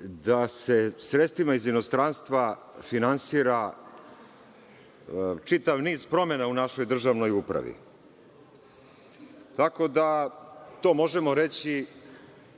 da se sredstvima iz inostranstva finansira čitav niz promena u našoj državnoj upravi. Tako da, to možemo reći